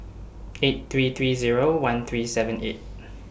eight three three Zero one three seven eight